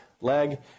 leg